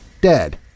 dead